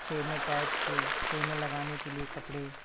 خیمے ٹائپ کے خیمے لگانے کے لیے کپڑے